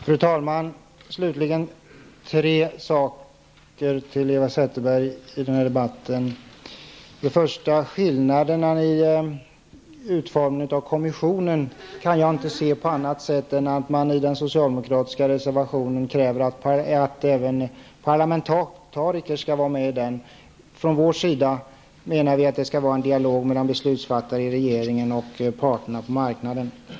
Fru talman! Jag vill till sist i denna debatt säga tre saker till Eva Zetterberg. För det första kan jag när det gäller de skilda förslagen till utformning av kommissionen inte se det på annat sätt än att man i den socialdemokratiska reservationen kräver att även parlamentariker skall delta. Från vår sida menar vi att det skall föras en dialog med beslutsfattare i regeringen och parterna på marknaden.